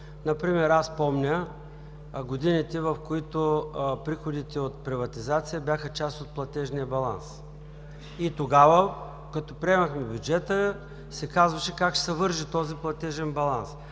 Например аз помня годините, в които приходите от приватизация бяха част от платежния баланс, и тогава, като приемахме бюджета, се казваше как ще се върже този платежен баланс